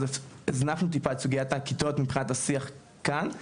אז הזנחנו טיפה את כל סוגיית הכיתות מבחינת השיח כאן.